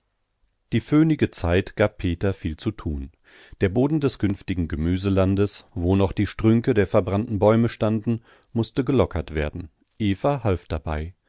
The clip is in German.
die föhnige zeit gab peter viel zu tun der boden des künftigen gemüselandes wo noch die strünke der verbrannten bäume standen mußte gelockert werden eva half dabei